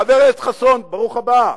חבר הכנסת חסון, ברוך הבא.